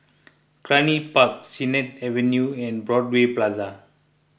Cluny Park Sennett Avenue and Broadway Plaza